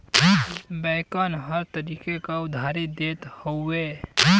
बैंकन हर तरीके क उधारी देत हउए